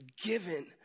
given